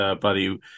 buddy